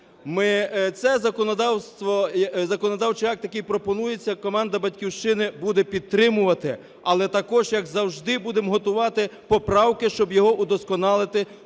Цей законодавчий акт, який пропонується, команда "Батьківщини" буде підтримувати. Але також, як завжди, будемо готувати поправки, щоб його удосконалити